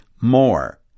more